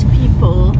people